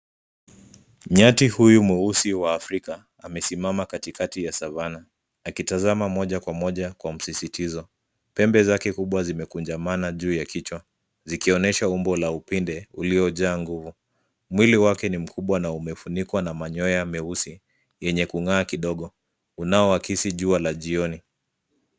Nyati huyu mweusi wa Afrika, amesimama katikati ya savannah akitazama moja kwa moja kwa msisitizo. Pembe zake kubwa zimekunjamana juu ya kichwa, zikionyesha umbo la upinde uliojaa nguvu. Mwili wake ni mkubwa na umefunikwa na manyoya meusi yenye kung'aa kidogo unaoakisi jua la jioni.